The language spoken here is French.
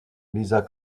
lisa